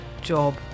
Job